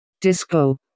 Disco